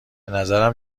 نظرم